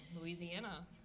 Louisiana